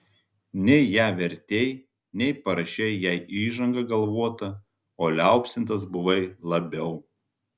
nei ją vertei nei parašei jai įžangą galvotą o liaupsintas buvai labiau